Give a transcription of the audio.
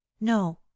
No